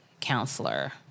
counselor